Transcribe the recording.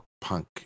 punk